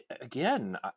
again